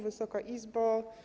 Wysoka Izbo!